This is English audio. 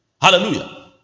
Hallelujah